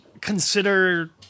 consider